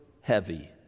heavy